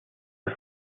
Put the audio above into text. das